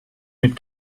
mit